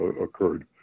occurred